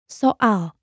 soal